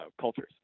cultures